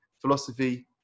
philosophy